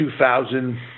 2000